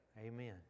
Amen